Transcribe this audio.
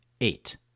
eight